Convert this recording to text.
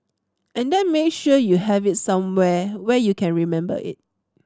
and then make sure you have it somewhere where you can remember it